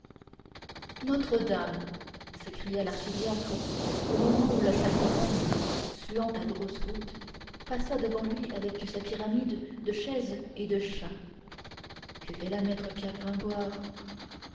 notre-dame s'écria l'archidiacre au moment où le saltimbanque suant à grosses gouttes passa devant lui avec sa pyramide de chaise et de chat que fait là maître pierre gringoire